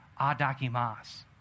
adakimas